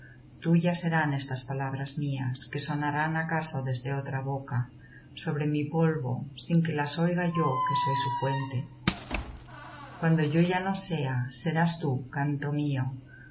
tuyas serán estas palabras mías que sonarán acaso desde otra boca sobre mi polvo sin que las oiga yo que soy su fuente cuando yo ya no sea serás tú canto mío